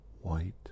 white